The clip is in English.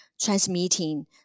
transmitting